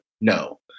No